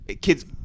Kids